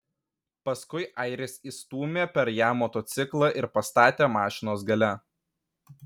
paskui airis įstūmė per ją motociklą ir pastatė mašinos gale